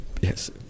Yes